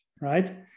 right